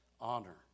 honor